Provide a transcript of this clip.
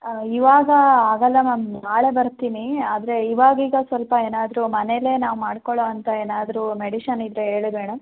ಇವಾಗ ಆಗೋಲ್ಲ ಮ್ಯಾಮ್ ನಾಳೆ ಬರ್ತೀನಿ ಆದರೆ ಇವಾಗ ಈಗ ಸ್ವಲ್ಪ ಏನಾದರು ಮನೇಲ್ಲೆ ನಾವು ಮಾಡ್ಕೊಳೋಂಥವು ಏನಾದರು ಮೆಡಿಷನ್ ಇದ್ದರೆ ಹೇಳಿ ಮೇಡಮ್